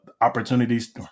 opportunities